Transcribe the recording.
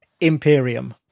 Imperium